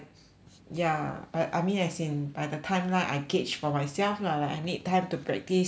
ya I I mean as in by the timeline I gauge for myself lah like I need time to practice for the